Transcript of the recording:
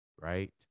right